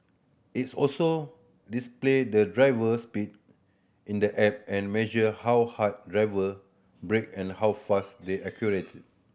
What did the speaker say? it's also display the driver's speed in the app and measure how hard driver brake and how fast they accelerate